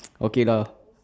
okay lah